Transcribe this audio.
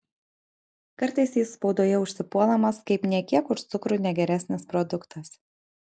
kartais jis spaudoje užsipuolamas kaip nė kiek už cukrų negeresnis produktas